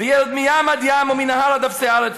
וירד מים עד ים, ומנהר עד אפסי ארץ.